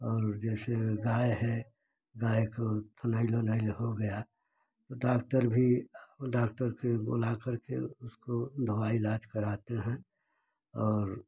और जैसे गाय है गाय को तुलाइल वुलाइल हो गया डाक्टर भी डाक्टर फिर बुला कर के उसको दवाई इलाज कराते हैं और